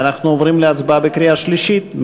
אנחנו עוברים להצבעה בקריאה שלישית.